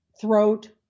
throat